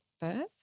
birth